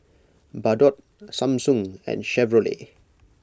Bardot Samsung and Chevrolet